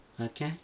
Okay